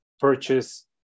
purchase